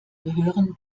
gehören